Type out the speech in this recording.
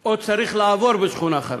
או צריך לעבור בשכונה חרדית,